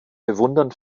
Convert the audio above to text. bewundern